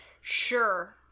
Sure